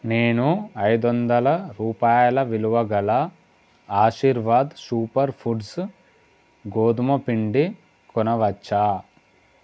నేను ఐదువందల రూపాయల విలువగల ఆశీర్వాద్ సూపర్ ఫూడ్స్ గోధుమ పిండి కొనవచ్చా